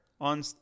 on